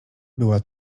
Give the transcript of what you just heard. była